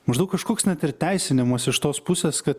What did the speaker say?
maždaug kažkoks net ir teisinimosi iš tos pusės kad